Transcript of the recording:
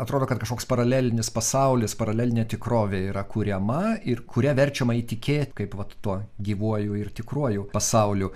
atrodo kad kažkoks paralelinis pasaulis paralelinė tikrovė yra kuriama ir kuria verčiama įtikėt kaip vat tuo gyvuoju ir tikruoju pasauliu